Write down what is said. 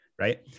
Right